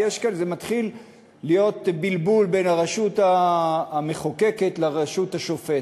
כי מתחיל להיות בלבול בין הרשות המחוקקת לרשות השופטת.